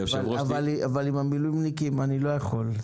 אבל עם המילואימניקים אני לא יכול.